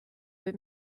but